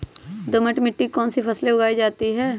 दोमट मिट्टी कौन कौन सी फसलें उगाई जाती है?